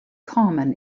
common